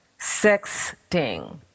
sexting